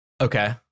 Okay